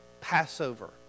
Passover